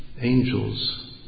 angels